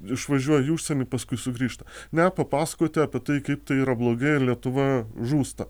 išvažiuoja į užsienį paskui sugrįžta ne papasakoti apie tai kaip tai yra blogai ir lietuva žūsta